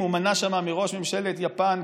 והוא מנה שם את ראש ממשלות יפן,